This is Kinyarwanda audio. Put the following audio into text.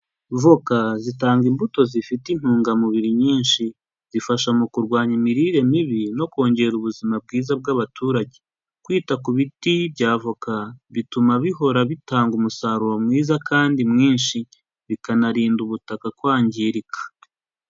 Voka zitanga imbuto zifite intungamubiri nyinshi, zifasha mu kurwanya imirire mibi no kongera ubuzima bwiza bw'abaturage. Kwita ku biti bya avoka bituma bihora bitanga umusaruro mwiza kandi mwinshi, bikanarinda ubutaka kwangirika.